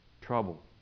Trouble